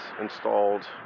installed